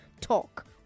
talk